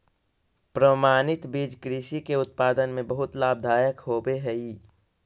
प्रमाणित बीज कृषि के उत्पादन में बहुत लाभदायक होवे हई